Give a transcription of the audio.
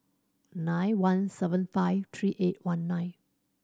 nine one seven five three eight one nine